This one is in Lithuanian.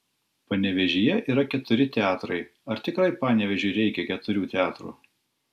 panevėžyje yra keturi teatrai ar tikrai panevėžiui reikia keturių teatrų